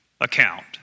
account